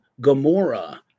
gamora